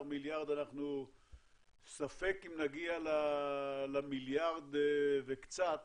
מ-14 מיליארד אנחנו ספק אם נגיע למיליארד וקצת